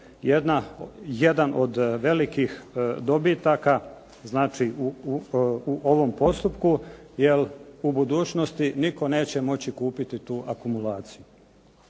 jedan od velikih dobitaka u ovom postupku, jel u budućnosti nitko neće moći kupiti tu akumulaciju.